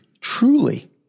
truly